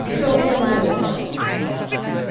so we have another question from facebook.